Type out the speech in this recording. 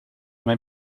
mijn